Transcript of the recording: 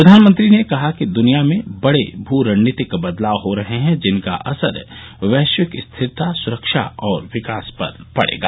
प्रधानमंत्री ने कहा कि दुनिया में बड़े भू रणनीतिक बदलाव हो रहे हैं जिनका असर वैश्विक स्थिरता सुरक्षा और विकास पर पड़ेगा